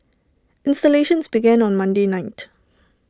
installations began on Monday night